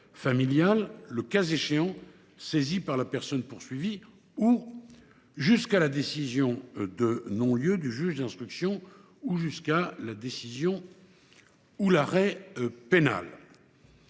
familiales, le cas échéant saisi par la personne poursuivie, jusqu’à la décision de non lieu du juge d’instruction, ou encore jusqu’à la décision ou l’arrêt pénal.